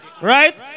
right